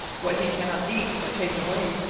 what he cannot eat or take away,